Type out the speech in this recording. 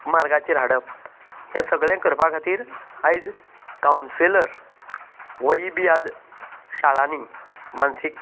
मार्गाचेर हाडप हे सगळें करपा खातीर आयज काउंन्सिलर होय बी आयज शाळांनीं मानसीक